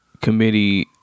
Committee